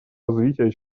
развития